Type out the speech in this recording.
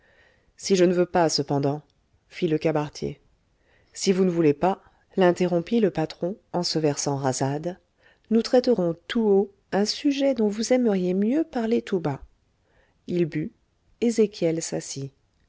si je ne veux pas cependant fit le cabaretier si vous ne voulez pas l'interrompit le patron en se versant rasade nous traiterons tout haut un sujet dont vous aimeriez mieux parler tout bas il but ezéchiel s'assit